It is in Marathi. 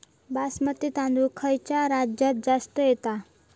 बासमती तांदूळ खयच्या राज्यात जास्त येता?